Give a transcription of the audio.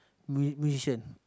mu~ musician